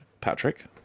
Patrick